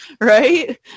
right